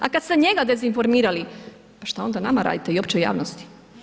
A kada ste njega dezinformirali pa šta onda nama radite i općoj javnosti?